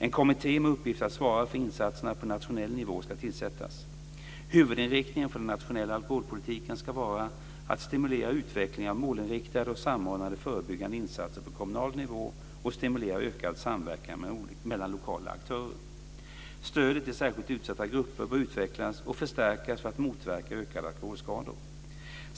En kommitté med uppgift att svara för insatserna på nationell nivå ska tillsättas. Huvudinriktningen för den nationella alkoholpolitiken ska vara att stimulera utvecklingen av målinriktade och samordnade förebyggande insatser på kommunal nivå och stimulera ökad samverkan mellan lokala aktörer. Stödet till särskilt utsatta grupper bör utvecklas och förstärkas för att motverka ökade alkoholskador.